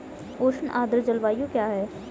उष्ण आर्द्र जलवायु क्या है?